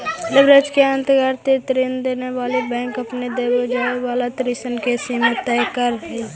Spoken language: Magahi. लेवरेज के अंतर्गत ऋण देवे वाला बैंक अपन देवे जाए वाला ऋण के सीमा तय करऽ हई